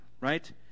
right